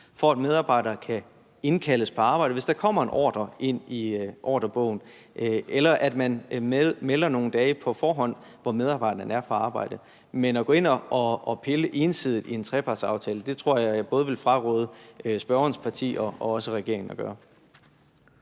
for, at medarbejdere kan indkaldes på arbejde, hvis der kommer en ordre ind i ordrebogen, eller at man på forhånd kan melde nogle dage, hvor medarbejderen er på arbejde. Men at gå ind og pille ensidigt i en trepartsaftale tror jeg at jeg både vil fraråde spørgerens parti og også regeringen at gøre.